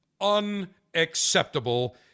unacceptable